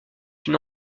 une